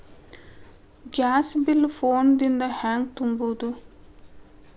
Gas bill phone ದಿಂದ ಹ್ಯಾಂಗ ತುಂಬುವುದು?